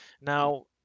now